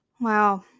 Wow